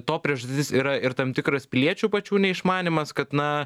to priežastis yra ir tam tikras piliečių pačių neišmanymas kad na